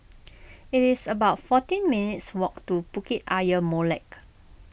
it is about fourteen minutes' walk to Bukit Ayer Molek